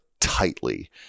tightly